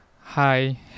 hi